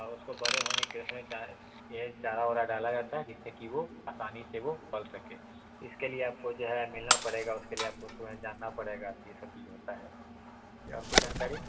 अब उसको बड़े होने के उसमें ये चारा वारा डाला जाता है जिससे कि वो असानी से वो पल सके इसके लिए आपको जो है मिलना पड़ेगा उसके लिए आपको उसको जानना पड़ेगा ये सब चीज होता है और कोई जानकारी